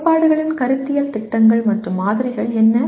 கோட்பாடுகளில் கருத்தியல் திட்டங்கள் மற்றும் மாதிரிகள் என்ன